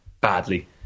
badly